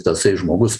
tasai žmogus